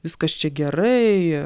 viskas čia gerai